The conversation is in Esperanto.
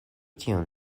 tion